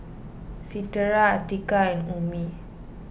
Citra Atiqah and Ummi